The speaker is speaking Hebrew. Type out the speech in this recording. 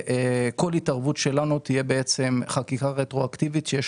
כל התערבות שלנו תהיה חקיקה רטרואקטיבית שיש